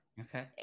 Okay